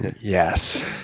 yes